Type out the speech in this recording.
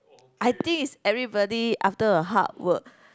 I think is everybody after a hard work